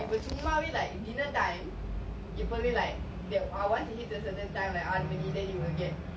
why don't you go on saturday it will be very very crowded